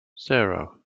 zero